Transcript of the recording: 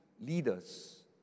leaders